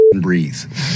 breathe